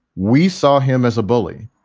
we saw him as a bully.